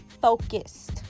focused